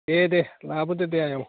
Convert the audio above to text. दे दे लाबोदो दे आयं